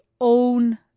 own